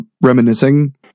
reminiscing